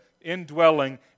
indwelling